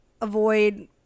avoid